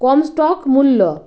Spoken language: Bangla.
কম স্টক মূল্য